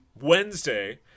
Wednesday